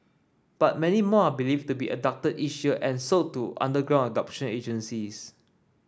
but many more believed to be abducted each year and sold to underground adoption agencies